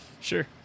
Sure